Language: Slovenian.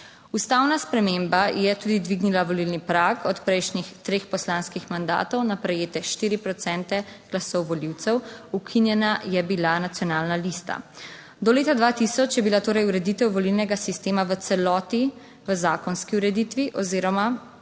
Ustavna sprememba je tudi dvignila volilni prag od prejšnjih treh poslanskih mandatov na prejete 4 procente glasov volivcev. Ukinjena je bila nacionalna lista. Do leta 2000 je bila torej ureditev volilnega sistema v celoti v zakonski ureditvi oziroma